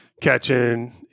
catching